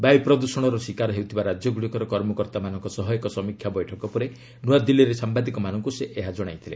ବାୟୁ ପ୍ରଦ୍ଷଣର ଶିକାର ହେଉଥିବା ରାଜ୍ୟଗୁଡ଼ିକର କର୍ମକର୍ତ୍ତାମାନଙ୍କ ସହ ଏକ ସମୀକ୍ଷା ବୈଠକ ପରେ ନୂଆଦିଲ୍ଲୀରେ ସାମ୍ଭାଦିକମାନଙ୍କୁ ସେ ଏହା ଜଣାଇଥିଲେ